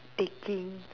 taking